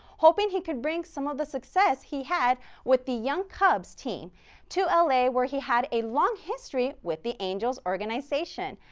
hoping he can bring some of the success he had with the young cubs team to ah la where he had a long history with the angels organization.